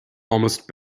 almost